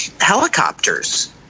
helicopters